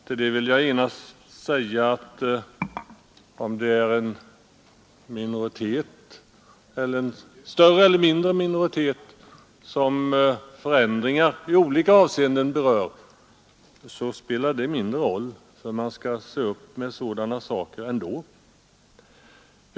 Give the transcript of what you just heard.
Till det vill jag genast säga att om det är en större eller mindre minoritet som förändringar i olika avseenden berör så spelar det mindre roll, för man skall se upp med sådana saker ändå.